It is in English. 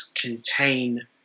contain